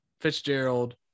Fitzgerald